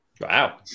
Wow